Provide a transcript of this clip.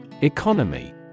Economy